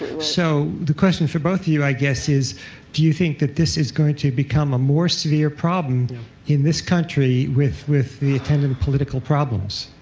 so the question for both of you, i guess, is do you think that this is going to become a more severe problem in this country with with the attendant political problems?